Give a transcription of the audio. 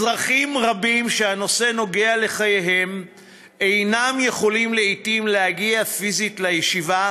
אזרחים רבים שהנושא נוגע לחייהם אינם יכולים לעתים להגיע פיזית לישיבה,